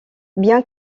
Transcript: bien